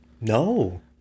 No